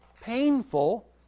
painful